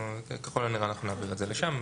ככל הנראה אנחנו נעביר את זה לשם.